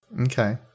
Okay